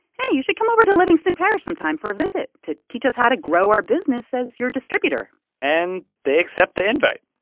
hey, you should come over to livingston parish some time for a visit to teach us how to grow our business as your distributor and they accept the invite.